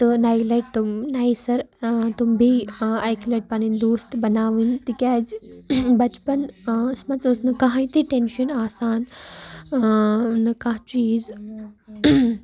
تہٕ نَے لَٹہِ تِم نَے سَرٕ تِم بیٚیہِ اَکہِ لَٹہِ پَنٕنۍ دوستہٕ بَناوٕنۍ تِکیٛازِ بَچپَن منٛز ٲس نہٕ کانٛہہ ہَے تہِ ٹینشَن آسان نہٕ کانٛہہ چیٖز